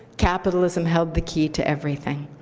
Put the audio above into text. capitalism held the key to everything.